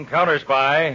Counter-Spy